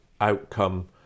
outcome